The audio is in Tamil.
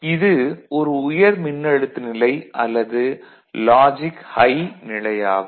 இது ஒரு உயர் மின்னழுத்த நிலை அல்லது லாஜிக் ஹை நிலை ஆகும்